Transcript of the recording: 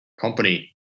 company